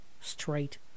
Straight